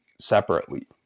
separately